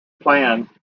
planned